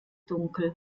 dunkel